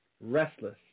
Restless